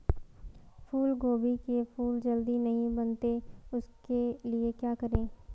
फूलगोभी के फूल जल्दी नहीं बनते उसके लिए क्या करें?